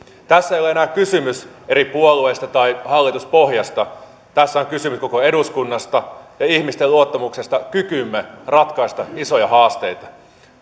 tässä ei ole enää kysymys eri puolueista tai hallituspohjasta tässä on kysymys koko eduskunnasta ja ihmisten luottamuksesta kykyymme ratkaista isoja haasteita